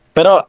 Pero